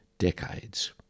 decades